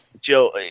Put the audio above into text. Joe